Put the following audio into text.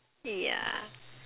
yeah